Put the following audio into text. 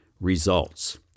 results